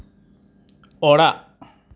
ᱚᱲᱟᱜ